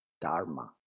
dharma